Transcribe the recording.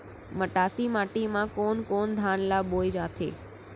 मटासी माटी मा कोन कोन धान ला बोये जाथे?